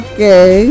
Okay